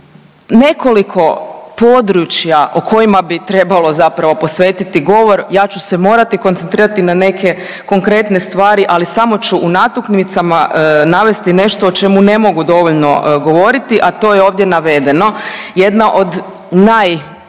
nekoliko područja o kojima bi trebalo zapravo posvetiti govor. Ja ću se morati koncentrirati na neke konkretne stvari, ali samo ću u natuknicama navesti nešto o čemu ne mogu dovoljno govoriti, a to je ovdje navedeno. Jedna od naj,